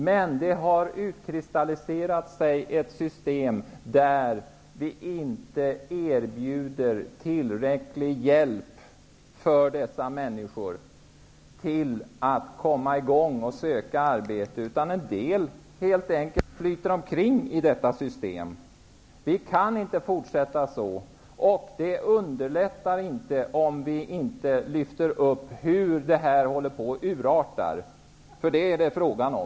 Men det har utkristalliserat sig ett system där vi inte erbjuder tillräcklig hjälp för dessa människor att komma i gång och söka arbete. En del människor flyter helt enkelt omkring i detta system. Vi kan inte fortsätta så. Det underlättar inte att vi inte lyfter upp hur detta håller på att urarta. Det är vad det är frågan om.